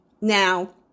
Now